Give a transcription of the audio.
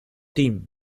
team